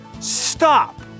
stop